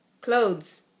clothes